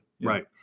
Right